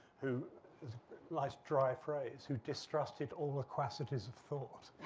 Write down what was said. who likes dry phrase who distrusted all requested ease of thought.